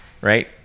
right